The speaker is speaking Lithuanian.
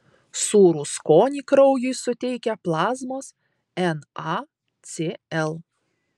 sūrų skonį kraujui suteikia plazmos nacl